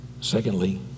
Secondly